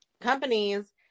companies